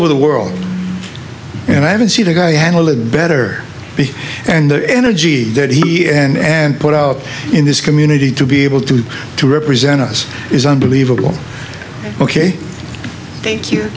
over the world and i haven't see the guy handle it better be and the energy that he put out in this community to be able to to represent us is unbelievable ok thank you